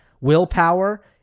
Willpower